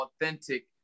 authentic